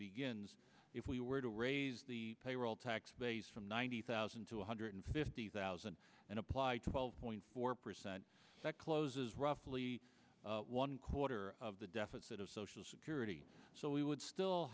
begins if we were to raise the payroll tax base from ninety thousand two hundred fifty thousand and apply to twelve point four percent that closes roughly one quarter of the deficit of social security so we would still